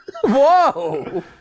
Whoa